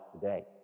today